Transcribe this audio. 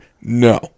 no